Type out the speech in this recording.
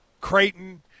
Creighton